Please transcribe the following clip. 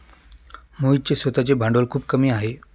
मोहितचे स्वतःचे भांडवल खूप कमी आहे